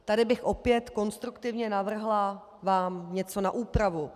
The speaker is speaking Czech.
Tady bych opět konstruktivně navrhla vám něco na úpravu.